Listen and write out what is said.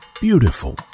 beautiful